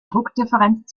druckdifferenz